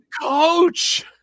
coach